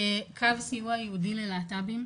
קו סיוע חיצוני ללהט"בים,